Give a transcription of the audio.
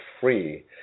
free